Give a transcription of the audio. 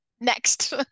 next